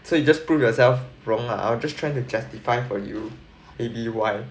so you just prove yourself wrong lah I'll just trying to justify for you maybe why